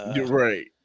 Right